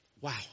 wow